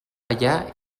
allà